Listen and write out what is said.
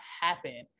happen